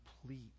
complete